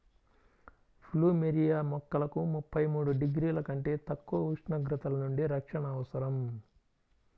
plumeria మొక్కలకు ముప్పై మూడు డిగ్రీల కంటే తక్కువ ఉష్ణోగ్రతల నుండి రక్షణ అవసరం